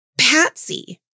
Patsy